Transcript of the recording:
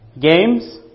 Games